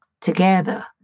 together